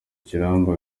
kirambi